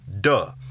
Duh